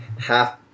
half